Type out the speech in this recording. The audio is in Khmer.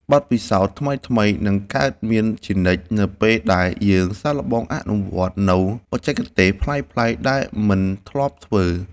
បទពិសោធន៍ថ្មីៗនឹងកើតមានជានិច្ចនៅពេលដែលយើងសាកល្បងអនុវត្តនូវបច្ចេកទេសប្លែកៗដែលមិនធ្លាប់ធ្វើ។